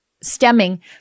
stemming